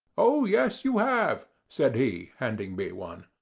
oh yes, you have, said he, handing me one.